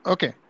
Okay